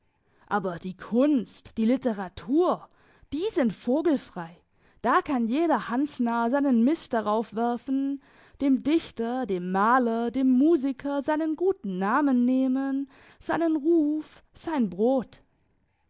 aber die kunst die literatur die sind vogelfrei da kann jeder hans narr seinen mist darauf werfen dem dichter dem maler dem musiker seinen guten namen nehmen seinen ruf sein brot